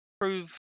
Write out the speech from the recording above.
prove